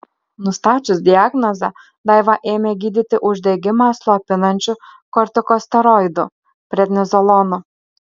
nustačius diagnozę daivą ėmė gydyti uždegimą slopinančiu kortikosteroidu prednizolonu